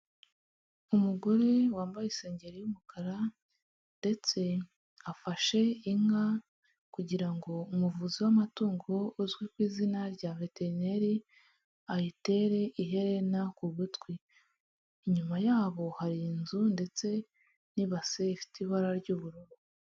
Umugore wambaye isengeri y'umukara, ndetse afashe inka kugira ngo umuvuzi w'amatungo uzwi ku izina rya veterineri ayitere iherena ku gutwi, inyuma yabo hari inzu ndetse n'ibase ifite ibara ry'ubururu.